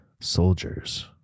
soldiers